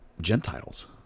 Gentiles